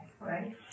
Right